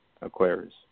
Aquarius